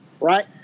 Right